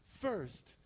first